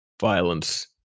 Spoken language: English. violence